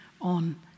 on